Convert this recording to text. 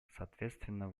соответственно